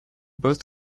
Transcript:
both